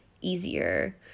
easier